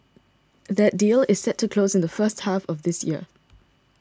that deal is set to close in the first half of this year